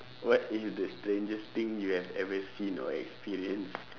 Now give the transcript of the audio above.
what is the strangest thing you have ever seen or experienced